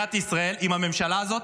במדינת ישראל עם הממשלה הזאת?